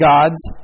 God's